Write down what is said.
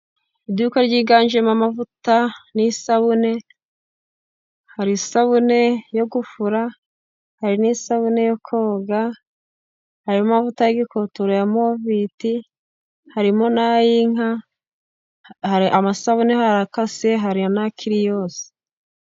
Iduka ryiganjemo amavuta n'isabune, hari isabune yo gufura, hari n'isabune yo koga, ayo mavuta y'ikontoro ya moviti, harimo nay'inka, amasabune hari akase, hari n'akiri yose.